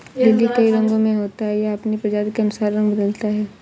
lily कई रंगो में होता है, यह अपनी प्रजाति के अनुसार रंग बदलता है